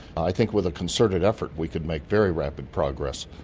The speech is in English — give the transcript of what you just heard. i think with a concerted effort we could make very rapid progress.